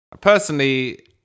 Personally